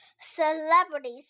celebrities